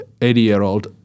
80-year-old